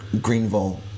Greenville